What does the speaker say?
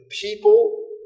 people